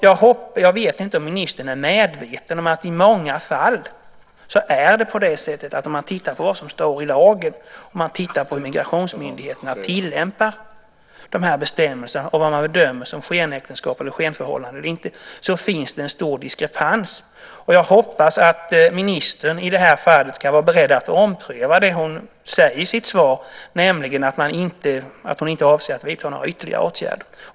Jag vet inte om ministern är medveten om att när man tittar på vad som står i lagen och hur migrationsmyndigheterna tillämpar dessa bestämmelser, vad man bedömer som skenäktenskap och skenförhållanden eller inte, kan man i många fall se en stor diskrepans. Jag hoppas att ministern i det här fallet kan vara beredd att ompröva det hon säger i sitt svar, nämligen att hon inte avser att vidta några ytterligare åtgärder.